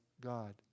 God